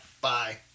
bye